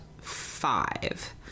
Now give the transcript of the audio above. five